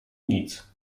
nic